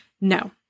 No